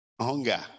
hunger